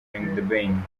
ben